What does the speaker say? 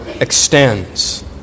extends